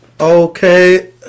Okay